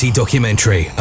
documentary